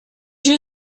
you